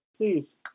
Please